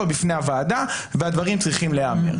בפני הוועדה והדברים צריכים להיאמר.